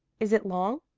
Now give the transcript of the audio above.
is it long?